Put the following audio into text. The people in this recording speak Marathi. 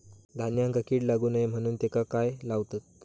धान्यांका कीड लागू नये म्हणून त्याका काय लावतत?